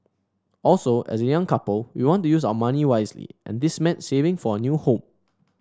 also as a young couple we want to use our money wisely and this meant saving for our new home